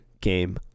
game